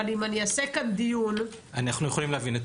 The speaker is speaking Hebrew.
אבל אם אני אעשה כאן דיון --- אנחנו יכולים להביא נתונים.